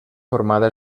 formada